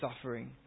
suffering